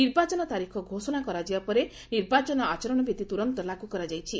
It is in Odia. ନିର୍ବାଚନ ତାରିଖ ଘୋଷଣା କରାଯିବା ପରେ ନିର୍ବାଚନ ଆଚରଣ ବିଧି ତୁରନ୍ତ ଲାଗୁ କରାଯାଇଛି